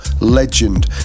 legend